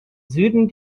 süden